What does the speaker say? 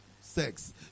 sex